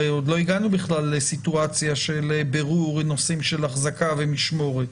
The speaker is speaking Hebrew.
הרי עוד לא הגענו בכלל לסיטואציה של בירור נושאים של החזקה ומשמורת.